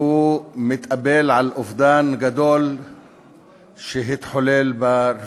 כך שהוא מתאבל על אובדן גדול שהתחולל ב-4